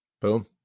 Boom